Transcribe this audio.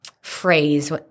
Phrase